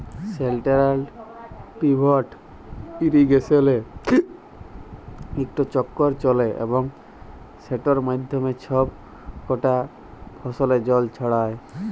central pivot ইরিগেসলে ইকট চক্কর চলে এবং সেটর মাধ্যমে ছব কটা ফসলে জল ছড়ায়